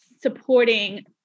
supporting